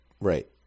right